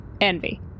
envy